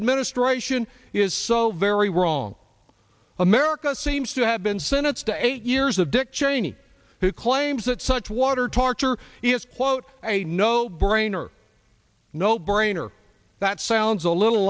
administration is so very wrong america seems to have been sentenced to eight years of dick cheney who claims that such water torture is quote a no brainer no brainer that sounds a little